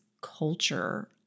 culture